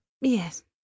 Yes